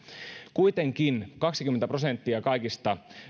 kuitenkin kaksikymmentä prosenttia kaikista